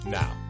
now